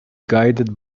guided